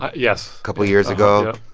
yes. a couple of years ago?